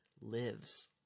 lives